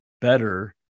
better